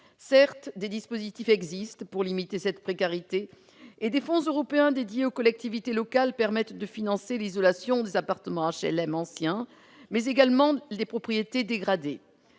Certes, des dispositifs existent pour limiter cette précarité et des fonds européens dédiés aux collectivités locales permettent de financer l'isolation des appartements HLM anciens, mais également des propriétés dégradées.